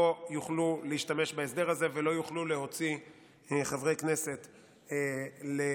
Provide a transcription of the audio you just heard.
לא יוכלו להשתמש בהסדר הזה ולא יוכלו להוציא חברי כנסת לנורבגים,